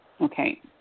Okay